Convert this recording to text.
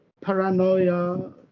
paranoia